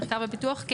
למחקר ופיתוח,